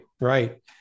Right